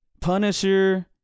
punisher